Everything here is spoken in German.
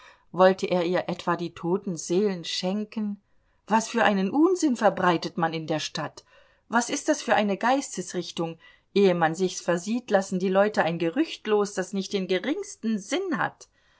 wollte er ihr etwa die toten seelen schenken was für einen unsinn verbreitet man in der stadt was ist das für eine geistesrichtung ehe man sich's versieht lassen die leute ein gerücht los das nicht den geringsten sinn hat